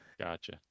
Gotcha